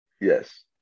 Yes